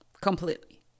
completely